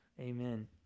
Amen